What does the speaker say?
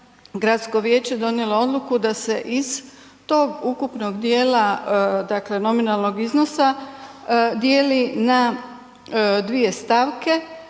gradsko vijeće donijelo odluku da se iz tog ukupnog djela dakle nominalnog iznosa, dijeli na dvije stavke